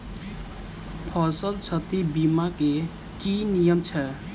फसल क्षति बीमा केँ की नियम छै?